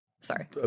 Sorry